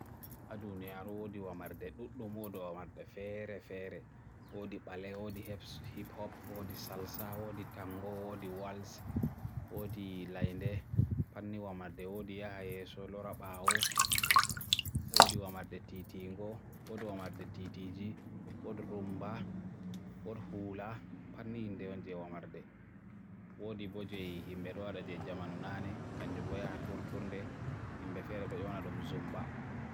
Darii e duniya ɓe ɗon feere feere e no ɓuri maa ko fowru e leydi. Ko darii bale, hip hop, salsaa, tango, waltz, e bureekdans. E jamma, ɓe woodi taap dans, darii contemporeeri, darii jaaz, e darii e baafal. E Espaañ ɓe waɗi flamenko, e Amerik ɓe naatnata sowiŋ, fookstrɔt, layin dans e chaa-chaa. E Indiya, ɓe woodi bhangra, kaathak e bharatanatyam. K-Pop darii e Kore ɓe jogii ngoni kala. Dariiji gotel kadi ɓe waɗi zumbaa, reggeton, saambaa, kumbiyaa, rumbaa, dariyol highland e dariiji Afrik tradisonaal sey Adumu e Bata. Hulaa ko darii ɓe Hawaay, e ɓe woodi poole dari, kroomp e roboot dari. Kala darii waɗi fannu mum e ko woni ko hunyugo, jangugo walla ɓamtugo aduna.